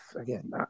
again